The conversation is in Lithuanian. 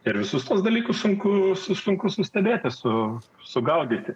ir visus tuos dalykus sunku sunku sustebėti su sugaudyti